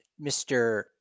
Mr